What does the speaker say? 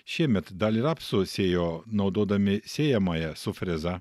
šiemet dalį rapsų sėjo naudodami sėjamąją su freza